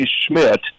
Schmidt